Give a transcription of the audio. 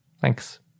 Thanks